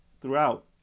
throughout